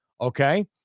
Okay